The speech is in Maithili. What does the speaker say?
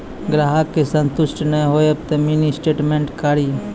ग्राहक के संतुष्ट ने होयब ते मिनि स्टेटमेन कारी?